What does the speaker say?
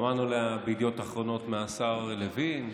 שמענו עליה בידיעות אחרונות מהשר לוין,